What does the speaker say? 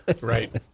right